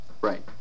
right